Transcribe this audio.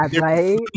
right